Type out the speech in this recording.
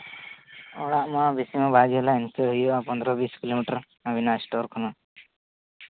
ᱚᱲᱟᱜ ᱢᱟ ᱵᱮᱥᱤ ᱢᱟ ᱵᱟᱭ ᱡᱷᱟᱹᱞᱟ ᱤᱱᱠᱟᱹ ᱦᱩᱭᱩᱜᱼᱟ ᱯᱚᱱᱨᱚ ᱵᱤᱥ ᱠᱤᱞᱳᱢᱤᱴᱟᱨ ᱟᱹᱵᱤᱱᱟᱜ ᱥᱴᱳᱨ ᱠᱷᱚᱱᱟᱜ